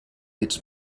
its